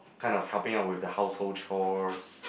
kind of helping out with the household chores